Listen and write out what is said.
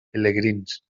pelegrins